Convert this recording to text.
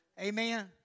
Amen